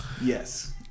Yes